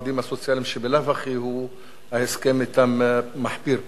למה כסף לעובדים הסוציאליים, שבלאו הכי ההסכם אתם מחפיר פשוט,